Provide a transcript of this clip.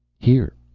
here,